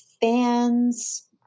fans